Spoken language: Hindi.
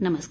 नमस्कार